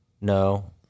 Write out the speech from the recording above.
No